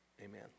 Amen